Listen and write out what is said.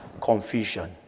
Confusion